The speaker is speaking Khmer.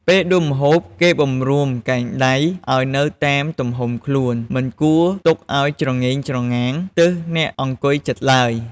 ពេលដួសម្ហូប គេបង្រួមកែងដៃឲ្យនៅតាមទំហំខ្លួន មិនគួរទុកឲ្យច្រងេងច្រងាង ទើសដៃអ្នកអង្គុយជិតឡើយ។